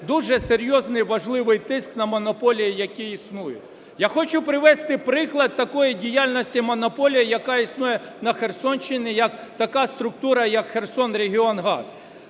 дуже серйозний, важливий тиск на монополії, які існують. Я хочу привести приклад такої діяльності монополії, яка існує на Херсонщині, така структура як "Херсонрегіонгаз".